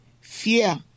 fear